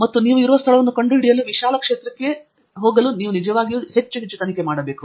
ಮತ್ತು ನೀವು ಇರುವ ಸ್ಥಳವನ್ನು ಕಂಡುಹಿಡಿಯಲು ವಿಶಾಲ ಕ್ಷೇತ್ರಕ್ಕೆ ನೀವು ನಿಜವಾಗಿಯೂ ಸ್ವಲ್ಪ ಹೆಚ್ಚು ತನಿಖೆ ಮಾಡಬೇಕು